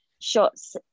shots